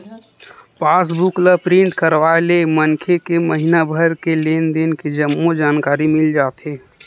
पास book ल print करवाय ले मनखे के महिना भर के लेन देन के जम्मो जानकारी मिल जाथे